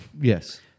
Yes